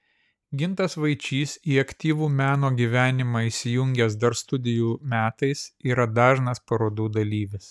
gintas vaičys į aktyvų meno gyvenimą įsijungęs dar studijų metais yra dažnas parodų dalyvis